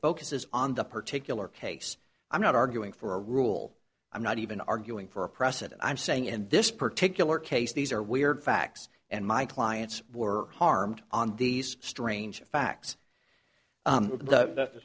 focuses on the particular case i'm not arguing for a rule i'm not even arguing for a precedent i'm saying in this particular case these are weird facts and my clients were harmed on these strange facts with the